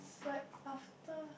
is like after